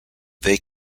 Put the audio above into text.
they